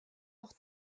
leur